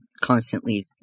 constantly